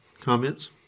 comments